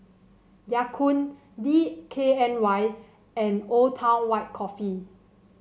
Ya Kun D K N Y and Old Town White Coffee